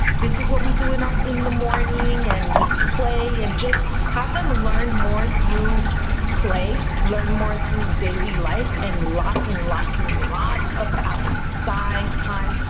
this is what we do in our in the morning and we play and just have them learn more through play. learn more through daily life and lots and lots and lots of outside time.